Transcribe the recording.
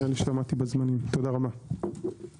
תודה רבה.